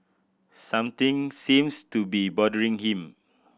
something seems to be bothering him